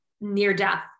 near-death